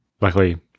Luckily